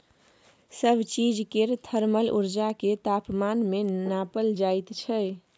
सब चीज केर थर्मल उर्जा केँ तापमान मे नाँपल जाइ छै